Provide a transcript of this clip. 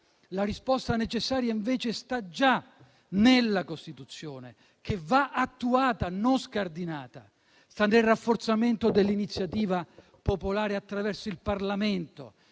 La risposta necessaria, invece, sta già nella Costituzione, che va attuata, non scardinata! Sta nel rafforzamento dell'iniziativa popolare attraverso il Parlamento,